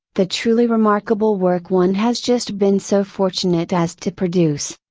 the truly remarkable work one has just been so fortunate as to produce.